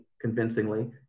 convincingly